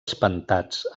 espantats